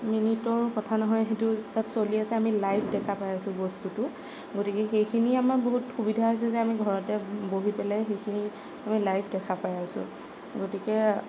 মিনিটৰ কথা নহয় সেইটো তাত চলি আছে আমি লাইভ দেখা পাই আছো বস্তুটো গতিকে সেইখিনি আমাৰ বহুত সুবিধা হৈছে যে আমি ঘৰতে বহি পেলাই সেইখিনি আমি লাইভ দেখা পাই আছো গতিকে